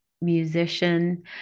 musician